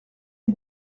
une